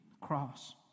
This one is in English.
cross